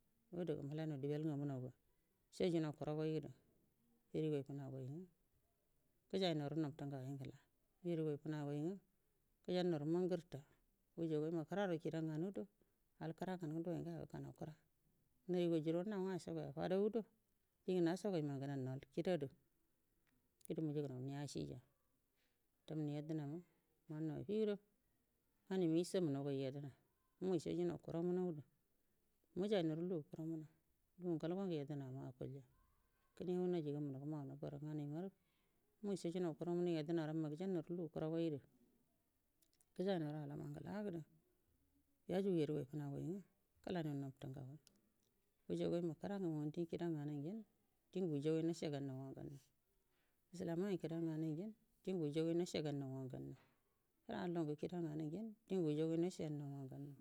Ngo daga mulaimau dibel nganunadu gushajarau kumagadu yarigoi funagoi nga gajainauru nabtu ngagi ngəta yarigoi funagoi uga gajannauru nangurtua wujagoima kəraro kida nganudo alkəra nga dugoi ngayo gulhanau ifəra harigoi jaro nawunga ashagoiya fadau gudo dingə nashagoi mangu gunaunau kia du gudu dingə nashagoi mangu gunanau kidadu gudu mujuguna mi ashija dammau yadənama mannau afido nganaima ishanmuanua ga yadə na mushajurau kuramudu mujainauru lugu kuranu nau lugu ngol go gu yedonama akulya kəne hau hejaga munauga maunay lomu nganai marə mushajunau kuramu damu yeəramma gujannary lugu kuragaidu gajaianauru alama ngaladu yajudu yarigoi fanagoi nga kəlainau nabtu ngagai wujagaima kəra monti kida uganu ugenə dingu wujagoi nashe gannauula ngu gannau islamiya ngu kida nganu ngenə ding wujagoi nashe gamau wangu ganau kəra allo ngə kida nganu agoi dungu wujagoi nohe gannau wangu gaumau.